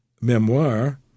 memoir